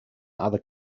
other